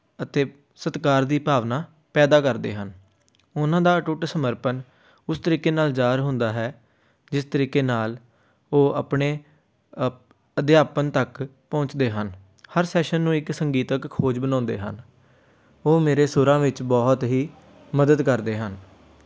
ਅਤੇ ਸਤਿਕਾਰ ਦੀ ਭਾਵਨਾ ਪੈਦਾ ਕਰਦੇ ਹਨ ਉਹਨਾਂ ਦਾ ਅਟੁੱਟ ਸਮਰਪਣ ਉਸ ਤਰੀਕੇ ਨਾਲ ਜ਼ਾਹਰ ਹੁੰਦਾ ਹੈ ਜਿਸ ਤਰੀਕੇ ਨਾਲ ਉਹ ਆਪਣੇ ਅਪ ਅਧਿਆਪਨ ਤੱਕ ਪਹੁੰਚਦੇ ਹਨ ਹਰ ਸੈਸ਼ਨ ਨੂੰ ਇੱਕ ਸੰਗੀਤਕ ਖੋਜ ਬਣਾਉਂਦੇ ਹਨ ਉਹ ਮੇਰੇ ਸੁਰਾਂ ਵਿੱਚ ਬਹੁਤ ਹੀ ਮਦਦ ਕਰਦੇ ਹਨ